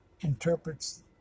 interprets